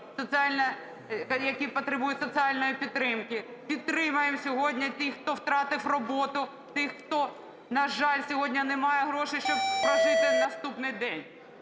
які потребують соціальної підтримки. Підтримаємо сьогодні тих, хто втратив роботу, тих, хто, на жаль, сьогодні немає грошей, щоб прожити наступний день.